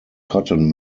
cotton